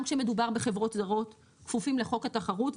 כשמדובר בחברות זרות כפופים לחוק התחרות,